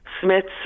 Smith's